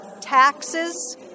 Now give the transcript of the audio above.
taxes